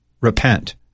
repent